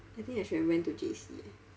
I think I should have went to J_C eh